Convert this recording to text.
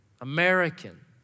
American